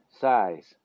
size